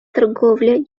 торговля